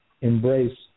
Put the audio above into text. embrace